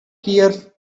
hear